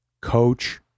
coach